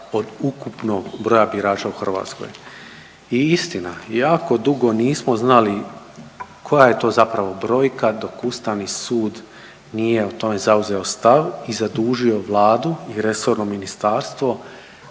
Ustavni sud nije o tome zauzeo stav i zadužio Vladu i resorno ministarstvo